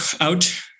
out